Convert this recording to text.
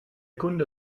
kunde